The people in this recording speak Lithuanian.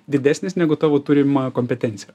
didesnis negu tavo turima kompetencija